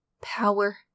Power